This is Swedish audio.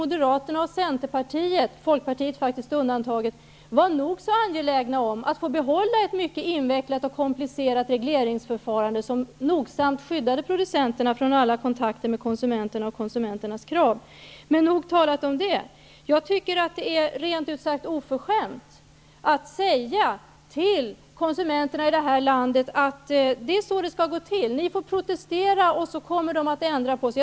Moderaterna och Centerpartiet -- Folkpartiet faktiskt undantaget -- var nog så angelägna om att få behålla ett mycket invecklat och komplicerat regleringsförfarande, som nogsamt skyddade producenterna från alla kontakter med konsumenterna och deras krav. Nog talat om det. Rent ut sagt tycker jag att det är oförskämt att säga till konsumenterna i det här landet: Det är så här som det skall gå till. Ni får protestera, och sedan kommer man att ändra sig.